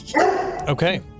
Okay